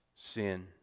sin